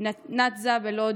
נתזה בלוד.